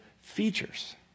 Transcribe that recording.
features